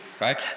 right